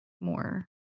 more